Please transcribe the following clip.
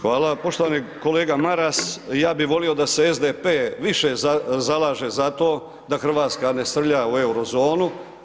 Hvala poštovani kolega Maras, ja bi volio da se SDP više zalaže za to da Hrvatska ne srlja u eurozonu.